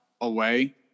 away